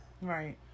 right